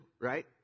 right